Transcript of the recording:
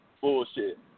bullshit